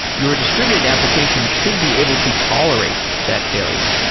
your distributed application should be able to tolerate that failure.